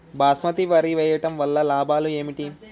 బాస్మతి వరి వేయటం వల్ల లాభాలు ఏమిటి?